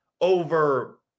over